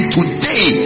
today